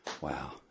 Wow